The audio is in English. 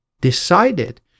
decided